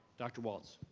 dr. walts,